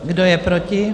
Kdo je proti?